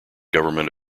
government